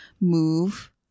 move